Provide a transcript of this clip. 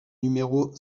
numéro